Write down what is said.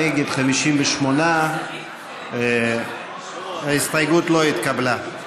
נגד, 58. ההסתייגות לא התקבלה.